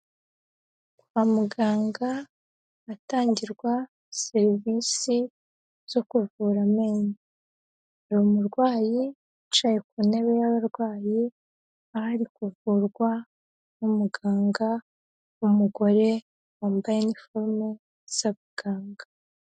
Kwa muganga ahatangirwa serivise zo kuvura amenyo, hari umurwayi wicaye ku ntebe y'abarwayi aho ari kuvurwa n'umuganga w'umugore, wambaye iniforume z'abaganga.